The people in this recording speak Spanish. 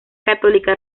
católica